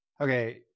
Okay